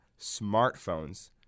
smartphones